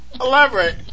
Elaborate